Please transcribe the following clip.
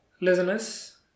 Listeners